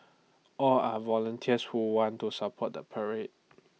all are volunteers who want to support the parade